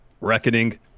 Reckoning